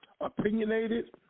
opinionated